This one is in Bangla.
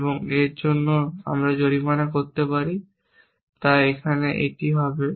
এবং এর জন্য আমরা জরিমানা করতে পারি তাই এখানে এটি হবে